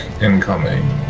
incoming